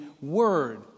word